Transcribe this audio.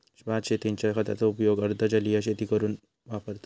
भात शेतींच्या खताचो उपयोग अर्ध जलीय शेती करूक वापरतत